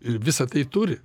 ir visa tai turi